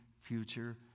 future